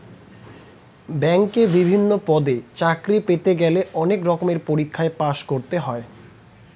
ব্যাংকে বিভিন্ন পদে চাকরি পেতে গেলে অনেক রকমের পরীক্ষায় পাশ করতে হয়